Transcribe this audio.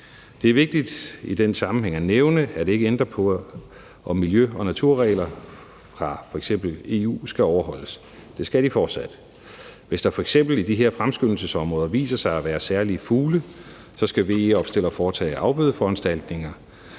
Det er vigtigt i den sammenhæng at nævne, at det ikke ændrer på, at miljø- og naturregler fra f.eks. EU skal overholdes. Det skal de fortsat. Hvis der f.eks. i de her fremskyndelsesområder viser sig at være særlige fugle, skal opstillere af VE-anlæg foretage afbødeforanstaltninger.